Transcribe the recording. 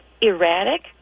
erratic